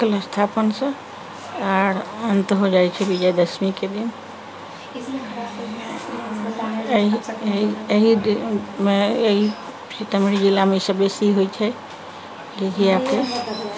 कलशस्थापनसँ आओर अन्त भऽ जाइ छै विजयदशमीके दिन एहि एहि दिनमे एहि सीतामढ़ी जिलामे ई सब बेसी होइ छै झिझियाके